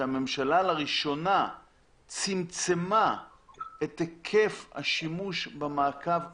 כשהממשלה לראשונה צמצמה את היקף השימוש במעקב הדיגיטלי.